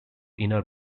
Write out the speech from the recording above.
inner